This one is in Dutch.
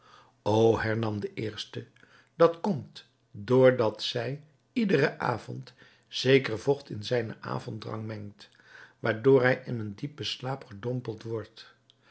o hernam de eerste dat komt door dat zij iederen avond zeker vocht in zijnen avonddrank mengt waardoor hij in eenen diepen slaap gedompeld wordt